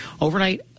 Overnight